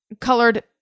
colored